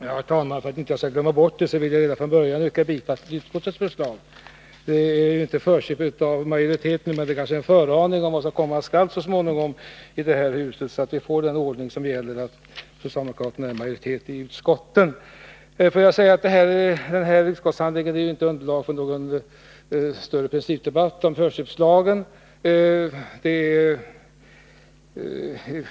Herr talman! För att jag inte skall glömma bort det vill jag redan från början yrka bifall till utskottets förslag. Det innebär inte förköp av majoriteten, men det innebär kanske en föraning av vad som komma skall så småningom i det här huset — att vi får den ordningen att socialdemokraterna är i majoritet i utskotten. Detta utskottsbetänkande ger inte underlag för någon större principdebatt om förköpslagen. Det föreligger